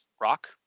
rock